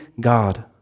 God